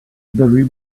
barry